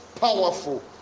powerful